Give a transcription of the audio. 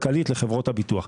כלכלית לחברות הביטוח.